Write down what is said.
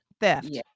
theft